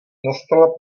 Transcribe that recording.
nastala